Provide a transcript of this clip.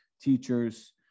teachers